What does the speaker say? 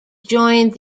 joined